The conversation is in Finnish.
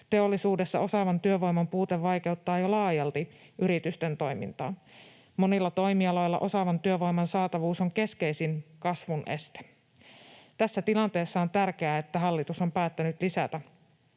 Teollisuudessa osaavan työvoiman puute vaikeuttaa jo laajalti yritysten toimintaa. Monilla toimialoilla osaavan työvoiman saatavuus on keskeisin kasvun este. Tässä tilanteessa on tärkeää, että hallitus on päättänyt lisätä